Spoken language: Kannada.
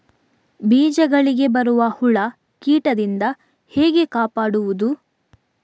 ಬೀಜಗಳಿಗೆ ಬರುವ ಹುಳ, ಕೀಟದಿಂದ ಹೇಗೆ ಕಾಪಾಡುವುದು?